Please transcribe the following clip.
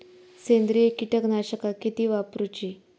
सेंद्रिय कीटकनाशका किती वापरूची?